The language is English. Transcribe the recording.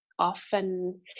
often